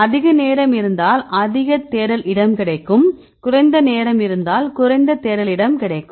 அதிக நேரம் இருந்தால் அதிகத் தேடல் இடம் கிடைக்கும் குறைந்த நேரம் இருந்தால் குறைந்த தேடல் இடம் கிடைக்கும்